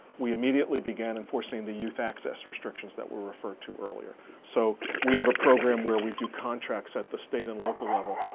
we immediately began enforcing the youth access restrictions that were referred to earlier. so we have a program where we do contracts at the state and local level.